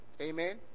Amen